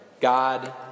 God